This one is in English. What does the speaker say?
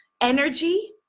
energy